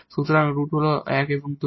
সুতরাং রুট হল 1 এবং 2